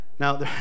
Now